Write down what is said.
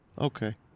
okay